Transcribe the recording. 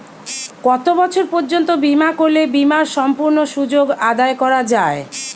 কত বছর পর্যন্ত বিমা করলে বিমার সম্পূর্ণ সুযোগ আদায় করা য়ায়?